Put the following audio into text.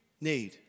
need